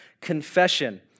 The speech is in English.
confession